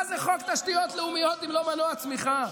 מה זה חוק תשתיות לאומית אם לא מנוע צמיחה?